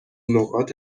نقاط